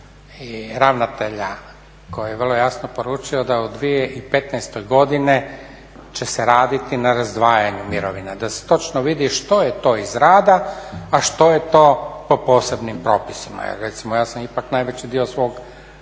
i ravnatelja koji je vrlo jasno poručio da u 2015. godini će se raditi na razdvajanju mirovina da se točno vidi što je to iz rada a što je to po posebnim propisima. Jer recimo ja sam ipak najveći dio svog